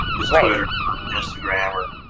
it's twitter, or instagram or,